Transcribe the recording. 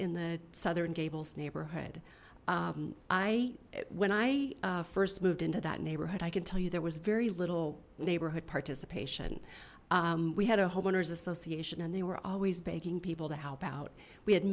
in the southern gables neighborhood i when i first moved into that neighborhood i can tell you there was very little neighborhood participation we had a homeowners association and they were always begging people to help out we had